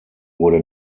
wurde